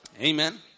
Amen